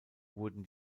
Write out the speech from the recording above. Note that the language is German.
wurden